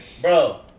Bro